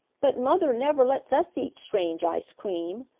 but mother never lets us eat strange ice cream,